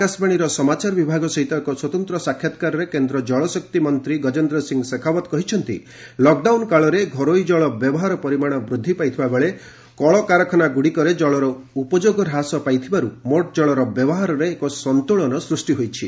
ଆକାଶବାଣୀର ସମାଚାର ବିଭାଗ ସହିତ ଏକ ସ୍ପତନ୍ତ୍ର ସାକ୍ଷାତକାରରେ କେନ୍ଦ୍ର ଜଳଶକ୍ତି ମନ୍ତ୍ରୀ ଗଜେନ୍ଦ୍ର ସିଂହ ଶେଖାଓ୍ପତ କହିଛନ୍ତି ଲକ୍ଡାଉନ କାଳରେ ଘରୋଇ ଜଳ ବ୍ୟବହାର ପରିମାଣ ବୃଦ୍ଧି ପାଇଥିବା ବେଳେ କଳକାରଖାନାଗୁଡ଼ିକରେ ଜଳର ଉପଯୋଗ ହ୍ରାସ ପାଇଥିବାରୁ ମୋଟ୍ ଜଳର ବ୍ୟବହାରରେ ଏକ ସନ୍ତୁଳନ ସୃଷ୍ଟି ହୋଇଛି